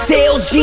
Sales